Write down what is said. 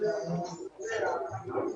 נעבור לעורך דין פארס.